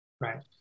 Right